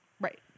Right